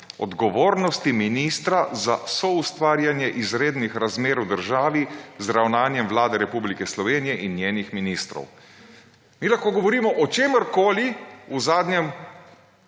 odgovornosti ministra za soustvarjanje izrednih razmer v državi z ravnanjem Vlade Republike Slovenije in njenih ministrov. Mi lahko govorimo o čemerkoli v zadnjem